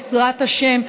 בעזרת השם,